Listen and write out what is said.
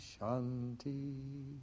Shanti